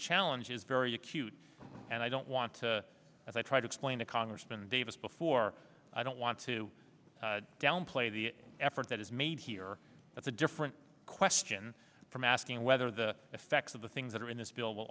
challenge is very acute and i don't want to as i try to explain to congressman davis before i don't want to downplay the effort that is made here that's a different question from asking whether the effects of the things that are in this bil